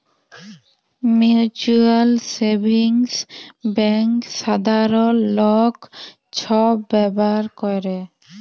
mutual savings bank সাধারল লক ছব ব্যাভার ক্যরে